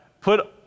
put